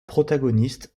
protagoniste